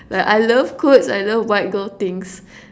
like I love clothes I love white girl things